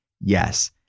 Yes